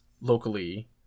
locally